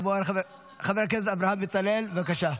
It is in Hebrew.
חבר הכנסת אברהם בצלאל, בבקשה.